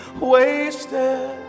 wasted